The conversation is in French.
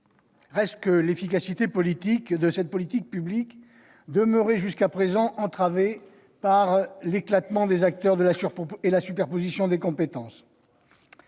Reste que l'efficacité de cette politique publique était jusqu'à présent entravée par l'éclatement des acteurs et la superposition des compétences.